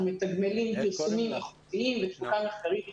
מתגמלים פרסומים איכותיים ותפוקה מחקרית איכותית.